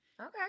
Okay